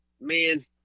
man